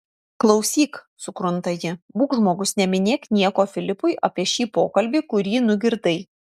klausyk sukrunta ji būk žmogus neminėk nieko filipui apie šį pokalbį kurį nugirdai